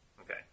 Okay